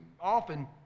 often